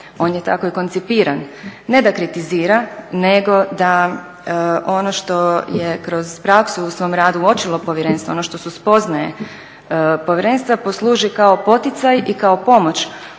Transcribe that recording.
On je tako i koncipiran ne da kritizira nego da ono što je kroz praksu u svom radu uočilo povjerenstvo, ono što su spoznaje povjerenstva posluži kao poticaj i kao pomoć